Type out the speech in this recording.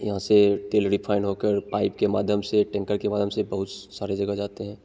यहाँ से तेल रिफ़ाईन होकर पाइप के माध्यम से टेंकर के माध्यम से बहुत सारी जगह जाता है